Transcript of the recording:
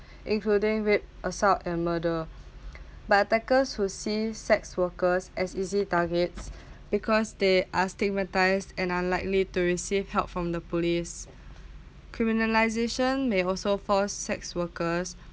including rape assault and murder but attackers who see sex workers as easy targets because they are stigmatised and are likely to receive help from the police criminalisation may also force sex workers